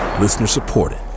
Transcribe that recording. Listener-supported